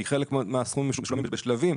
כי חלק מהסכום משולם בשלבים,